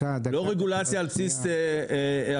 לא רגולציה על בסיס האשמות,